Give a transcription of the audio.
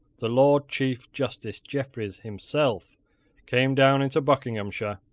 the lord chief justice jeffreys himself came down into buckinghamshire,